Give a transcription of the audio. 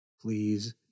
Please